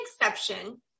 exception